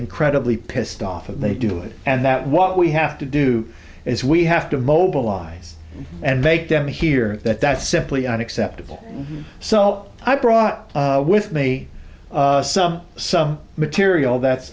incredibly pissed off when they do it and that what we have to do is we have to mobilize and make them here that that's simply unacceptable so i brought with me some some material that's